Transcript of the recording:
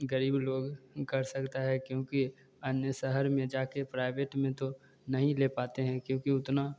ग़रीब लोग कर सकता है क्योंकि अन्य शहर में जा कर प्राइवेट में तो नहीं ले पाते हैं क्योंकि उतनी